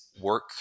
work